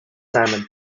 salmon